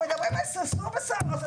לא על הזמן שלך, עצרתי את השעון.